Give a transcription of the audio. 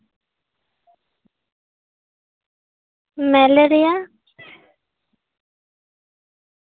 malaria